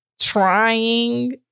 trying